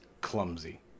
clumsy